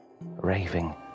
raving